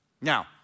Now